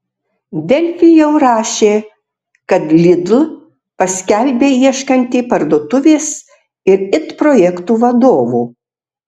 delfi jau rašė kad lidl paskelbė ieškanti parduotuvės ir it projektų vadovų